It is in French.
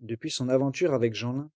depuis son aventure avec jeanlin